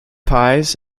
pies